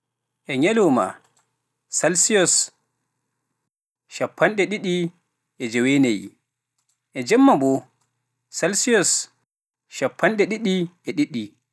E nyalooma salsiyos cappanɗe ɗiɗi e joweenayi e jemma boo salsiyos cappanɗe ɗiɗi e ɗiɗi.